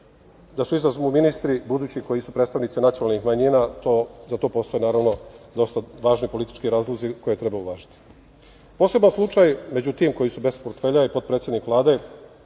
da se izuzmu ministri budući koji su predstavnici nacionalnih manjina. Za to postoje dosta važni politički razlozi koje treba uvažiti. Poseban slučaj među tim koji su bez portfelja je potpredsednik Vlade